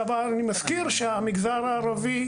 אני מזכיר שהמגזר הערבי